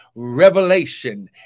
revelation